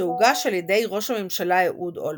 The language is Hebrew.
שהוגש על ידי ראש הממשלה אהוד אולמרט.